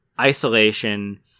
isolation